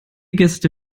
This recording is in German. gäste